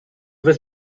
was